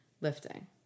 lifting